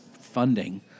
funding